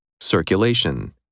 Circulation